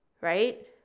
Right